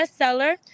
bestseller